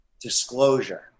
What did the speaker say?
disclosure